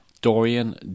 Dorian